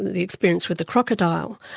the experience with the crocodile,